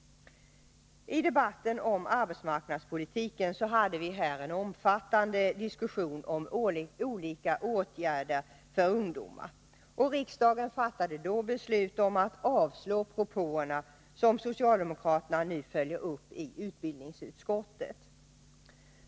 I debatten om arbetsmarknadspolitiken hade vi här en omfattande diskussion om olika åtgärder för ungdomar. Riksdagen fattade då beslut om att avslå de propåer som socialdemokraterna nu följer upp i utbildningsutskottet.